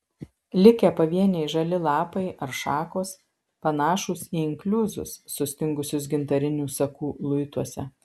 likę pavieniai žali lapai ar šakos panašūs į inkliuzus sustingusius gintarinių sakų luituose